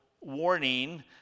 warning